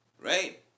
Right